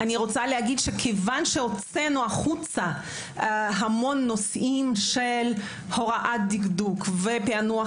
כיוון שהוצאנו החוצה המון נושאים של הוראת דקדוק ופענוח